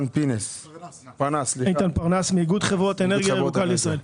אני מאיגוד חברות אנרגיה ירוקה לישראל.